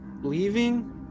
leaving